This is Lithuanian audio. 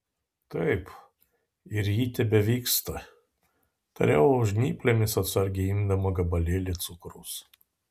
taip ir ji tebevyksta tariau žnyplėmis atsargiai imdama gabalėlį cukraus